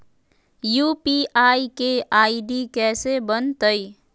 UPI के ID कैसे बनतई?